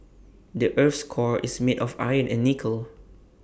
the Earth's core is made of iron and nickel